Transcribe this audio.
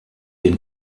den